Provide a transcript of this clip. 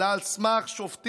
אלא על סמך שופטים.